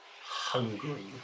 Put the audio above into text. hungry